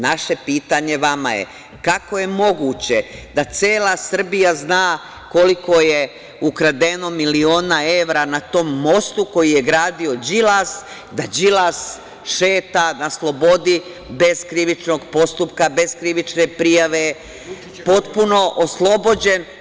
Naše pitanje vama je kako je moguće da cela Srbija zna koliko je ukradeno miliona evra na tom mostu koji je gradio Đilas, da Đilas šeta na slobodi bez krivičnog postupka, bez krivične prijave, potpuno oslobođen?